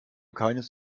keines